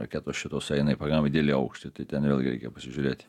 raketos šitos eina į pakanamai didelį aukštį tai ten vėlgi reikia pasižiūrėti